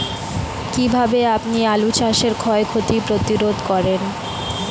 কীভাবে আপনি আলু চাষের ক্ষয় ক্ষতি প্রতিরোধ করেন?